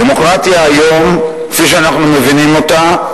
דמוקרטיה היום, כפי שאנחנו מבינים אותה,